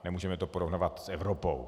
Nemůžeme to porovnávat s Evropou.